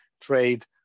trade